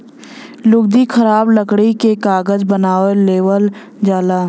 लुगदी खराब लकड़ी से कागज बना लेवल जाला